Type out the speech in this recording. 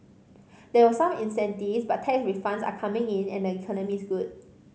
there were some incentives but tax refunds are coming in and the economy is good